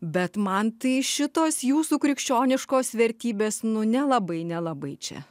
bet man tai šitos jūsų krikščioniškos vertybės nu nelabai nelabai čia